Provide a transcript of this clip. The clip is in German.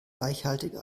reichhaltig